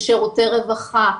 של שירותי רווחה,